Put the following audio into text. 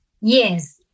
Yes